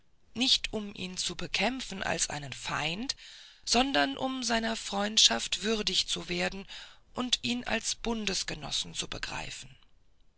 nicht um ihn zu bekämpfen als einen feind sondern um seiner freundschaft würdig zu werden und ihn als bundesgenossen zu begreifen